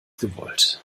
gewollt